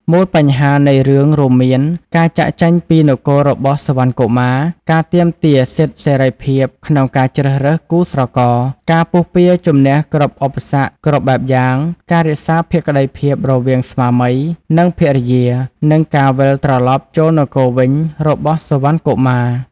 មូលបញ្ហានៃរឿងរួមមានការចាកចេញពីនគររបស់សុវណ្ណកុមារ ការទាមទារសិទ្ធិសេរីភាពក្នុងការជ្រើសរើសគូស្រករ ការពុះពារជំនះគ្រប់ឧបសគ្គគ្រប់បែបយ៉ាង ការរក្សាភក្តីភាពរវាងស្វាមី និងភរិយា និងការវិលត្រឡប់ចូលនគរវិញរបស់សុវណ្ណកុមារ។